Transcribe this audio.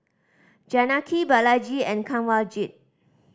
Janaki Balaji and Kanwaljit